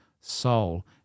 soul